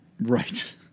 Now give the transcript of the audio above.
Right